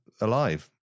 alive